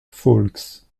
faulx